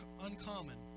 uncommon